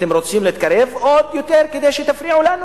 אתם רוצים להתקרב עוד יותר כדי שתפריעו לנו?